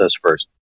first